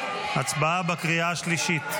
ההצבעה בקריאה השלישית.